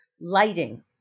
Lighting